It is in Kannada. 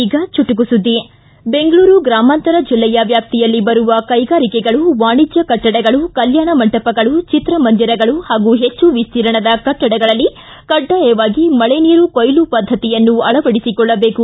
ಈಗ ಚುಟುಕು ಸುದ್ದಿ ಬೆಂಗಳೂರು ಗ್ರಾಮಾಂತರ ಜಿಲ್ಲೆಯ ವ್ಯಾಪ್ತಿಯಲ್ಲಿ ಬರುವ ಕೈಗಾರಿಕೆಗಳು ವಾಣಿಜ್ಯ ಕಟ್ಟಡಗಳು ಕಲ್ಕಾಣ ಮಂಟಪಗಳು ಚಿತ್ರ ಮಂದಿರಗಳು ಹಾಗೂ ಹೆಚ್ಚು ವಿಸ್ತೀರ್ಣದ ಕಟ್ಟಡಗಳಲ್ಲಿ ಕಡ್ನಾಯವಾಗಿ ಮಳೆ ನೀರು ಕೊಯ್ಲು ಪದ್ಧತಿಯನ್ನು ಅಳವಡಿಸಿಕೊಳ್ಳಬೇಕು